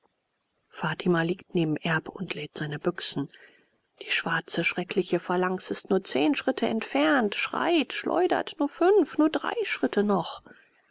fatima liegt neben erb und lädt seine büchsen die schwarze schreckliche phalanx ist nur zehn schritte entfernt schreit schleudert nur fünf nur drei schritte noch